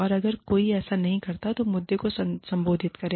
और अगर ऐसा नहीं किया जाता है तो मुद्दे को संबोधित करें